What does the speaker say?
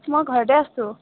মই ঘৰতে আছোঁ